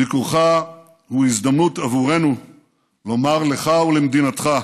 ביקורך הוא הזדמנות עבורנו לומר לך ולמדינתך,